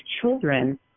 children